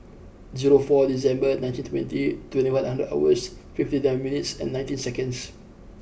zero four December nineteen twenty twenty one hundred hours fifty nine minutes and nineteen seconds